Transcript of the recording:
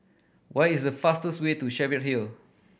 what is the fastest way to Cheviot Hill